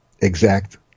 exact